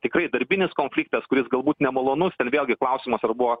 tikrai darbinis konfliktas kuris galbūt nemalonus ir vėlgi klausimas ar buvo